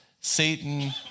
Satan